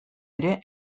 ere